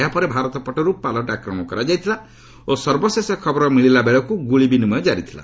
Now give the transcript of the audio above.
ଏହାପରେ ଭାରତ ପଟରୁ ପାଲଟା ଆକ୍ରମଣ କରାଯାଇଥିଲା ଓ ସର୍ବେଶେଷ ଖବର ମିଳିବାବେଳକୁ ଗୁଳି ବିନିମୟ କାରି ଥିଲା